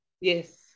yes